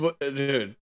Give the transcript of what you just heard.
Dude